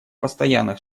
постоянных